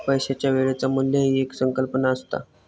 पैशाच्या वेळेचा मू्ल्य ही एक संकल्पना असता